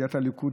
שסיעת הליכוד